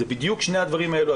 אלה בדיוק שני הדברים האלה.